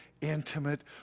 intimate